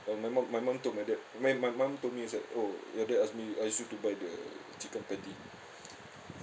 uh my mum my mum told my dad my my mum told me is like oh your dad ask me ask you to buy the chicken patty